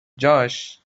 جاش